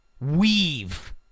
weave